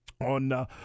On